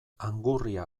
angurria